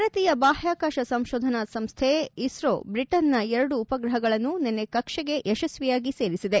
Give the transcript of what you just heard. ಭಾರತೀಯ ಬಾಹ್ಕಾಕಾಶ ಸಂಶೋಧನಾ ಸಂಶ್ವೆ ಇಸ್ರೋ ಬ್ರಿಟನ್ನ ಎರಡು ಉಪಗ್ರಹಗಳನ್ನು ನಿನ್ನೆ ಕಕ್ಷೆಗೆ ಯಶಸ್ವಿಯಾಗಿ ಸೇರಿಸಿದೆ